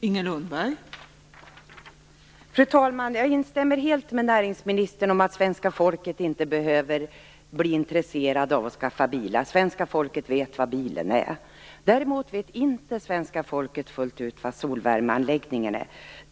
Fru talman! Jag instämmer helt med näringsministern om att svenska folket inte behöver bli intresserade av att skaffa bilar. Svenska folket vet vad en bil är. Däremot vet inte svenska folket fullt ut vad en solvärmeanläggning är.